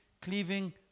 cleaving